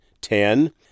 Ten